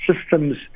systems